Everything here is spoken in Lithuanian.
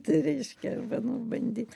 tai reiškia be nu bandyt